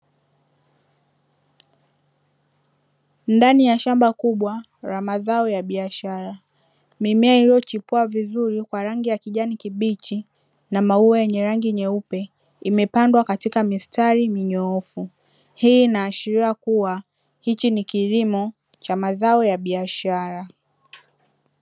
Ndani ya shamba kubwa la mazao ya biashara mimea iliyochipua vizuri kwa rangi ya kijani kibichi na maua yenye rangi nyeupe imepandwa katika mistari minyoofu, hii inaashiria kuwa hichi ni kilimo cha mazao ya biashara.